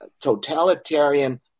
totalitarian